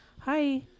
hi